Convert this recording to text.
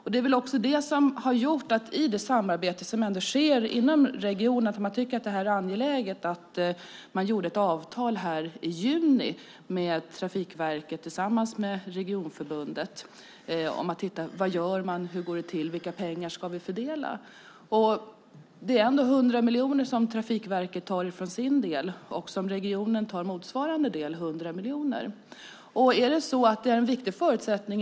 I det samarbete som sker inom regionen, där man tycker att det här är angeläget, träffade man ett avtal i juni med Trafikverket tillsammans med regionförbundet för att se vad man gör, hur det går till och vilka pengar man ska fördela. Trafikverket tar 100 miljoner från sin del, och regeringen tar motsvarande del, det vill säga 100 miljoner.